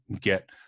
get